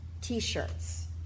T-shirts